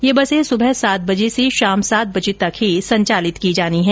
ये बसें सुबह सात से शाम सात बजे तक ही संचालित की जानी है